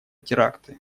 теракты